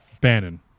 Bannon